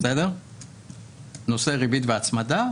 נושא ריבית והצמדה.